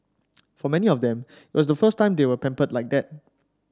for many of them it was the first time they were pampered like that